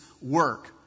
work